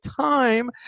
time